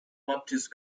baptiste